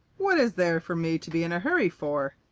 what is there for me to be in a hurry for?